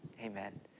amen